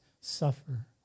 suffer